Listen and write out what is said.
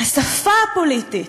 השפה הפוליטית